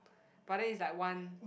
but then is like one